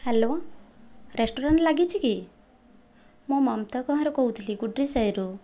hello restaurant ଲାଗିଛି କି ମୁଁ ମମତା କହଁର କହୁଥିଲି ଗୁଡ଼ରି ସାହିରୁ